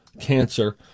Cancer